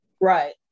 Right